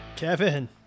Kevin